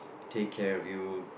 take care of you